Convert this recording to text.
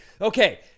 okay